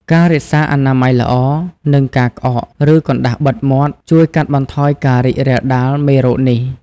ការរក្សាអនាម័យល្អ និងការក្អក ឬកណ្តាស់បិទមាត់ ជួយកាត់បន្ថយការរីករាលដាលមេរោគនេះ។